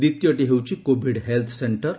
ଦ୍ୱିତୀୟଟି ହେଉଛି COVID health ସେଙ୍କର